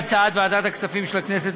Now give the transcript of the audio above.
על-פי הצעת ועדת הכספים של הכנסת,